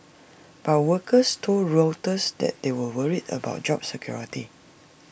but workers told Reuters that they were worried about job security